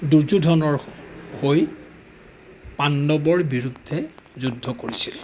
দুৰ্যোধনৰ হৈ পাণ্ডৱৰ বিৰুদ্ধে যুদ্ধ কৰিছিল